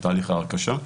את תהליך הרכשה.